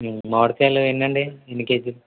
మామిడికాయలెన్ని అండి ఎన్ని కేజీలు